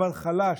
אבל חלש,